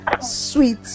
sweet